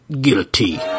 guilty